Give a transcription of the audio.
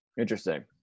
interesting